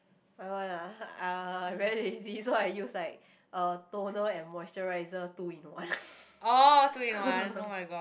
my one ah I very lazy so I use like uh toner and moisturizer two in one